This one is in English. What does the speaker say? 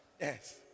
yes